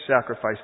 sacrifice